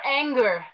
anger